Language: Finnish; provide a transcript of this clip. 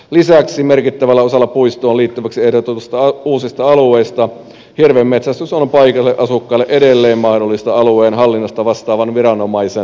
lisäksi merkittävällä osalla puistoon liitettäviksi ehdotetuista uusista alueista hirvenmetsästys on paikallisille asukkaille edelleen mahdollista alueen hallinnasta vastaavan viranomaisen luvalla